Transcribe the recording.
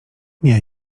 nie